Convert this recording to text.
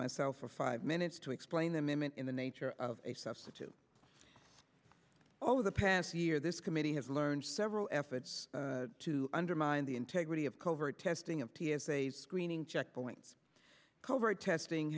myself for five minutes to explain them and in the nature of a substitute over the past year this committee has learned several efforts to undermine the integrity of covert testing of t s a screening checkpoints covert testing